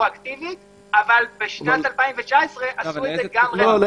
אבל בשנת 2019 עשו את זה גם --- לא.